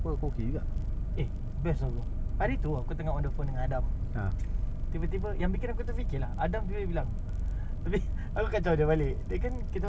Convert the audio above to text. suara engkau cute eh aku like eh bro engkau tengah testosterone tinggi ke ni kan tengah gym badan-badan kau besar gila kau boleh tak jangan bilang suara aku cute aku seram ah dengar